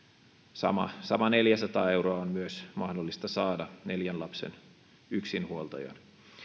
sama sama neljäsataa euroa on myös mahdollista saada neljän lapsen yksinhuoltajana